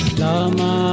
lama